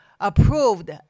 approved